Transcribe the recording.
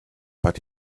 but